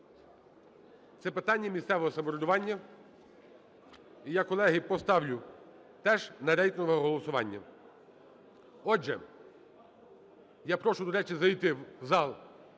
це питання місцевого самоврядування. І я, колеги, поставлю теж на рейтингове голосування. Отже, я прошу, до речі, зайти в зал